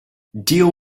deal